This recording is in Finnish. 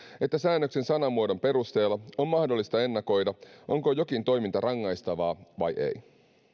että säännöksen sanamuodon perusteella on mahdollista ennakoida onko jokin toiminta rangaistavaa vai ei